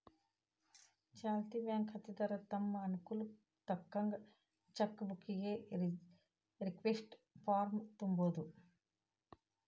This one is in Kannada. ಚಾಲ್ತಿ ಬ್ಯಾಂಕ್ ಖಾತೆದಾರ ತಮ್ ಅನುಕೂಲಕ್ಕ್ ತಕ್ಕಂತ ಚೆಕ್ ಬುಕ್ಕಿಗಿ ರಿಕ್ವೆಸ್ಟ್ ಫಾರ್ಮ್ನ ತುಂಬೋದು